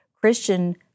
Christian